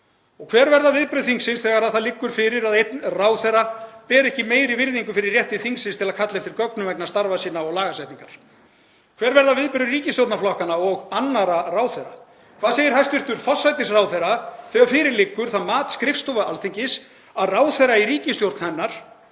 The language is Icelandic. Og hver verða viðbrögð þingsins þegar það liggur fyrir að einn ráðherra ber ekki meiri virðingu fyrir rétti þingsins til að kalla eftir gögnum vegna starfa sinna og lagasetningar? Hver verða viðbrögð ríkisstjórnarflokkanna og annarra ráðherra? Hvað segir hæstv. forsætisráðherra þegar fyrir liggur það mat skrifstofu Alþingis að ráðherra í ríkisstjórn hennar